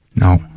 No